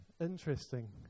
Interesting